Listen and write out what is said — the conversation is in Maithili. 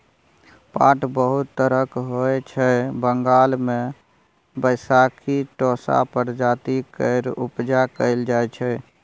पाट बहुत तरहक होइ छै बंगाल मे बैशाखी टोसा प्रजाति केर उपजा कएल जाइ छै